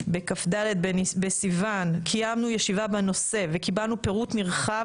בכ"ד בסיוון קיימנו ישיבה בנושא וקיבלנו פירוט נרחב